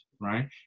right